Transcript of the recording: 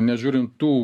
nežiūrint tų